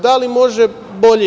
Da li može bolje?